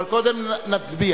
אבל קודם נצביע.